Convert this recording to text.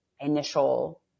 initial